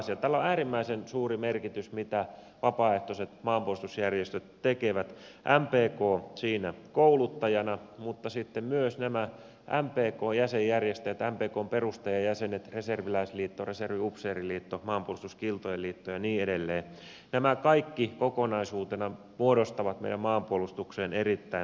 tällä on äärimmäisen suuri merkitys mitä vapaaehtoiset maanpuolustusjärjestöt tekevät mpk siinä kouluttajana mutta sitten myös nämä mpkn jäsenjärjestöt mpkn perustajajäsenet reserviläisliitto reserviupseeriliitto maanpuolustuskiltojen liitto ja niin edelleen nämä kaikki kokonaisuutena muodostavat meidän maanpuolustuksen erittäin merkittävän osan